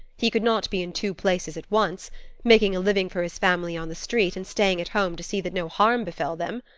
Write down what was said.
he could not be in two places at once making a living for his family on the street, and staying at home to see that no harm befell them.